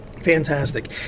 Fantastic